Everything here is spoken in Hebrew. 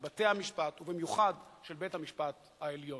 של בתי-המשפט, ובמיוחד של בית-המשפט העליון.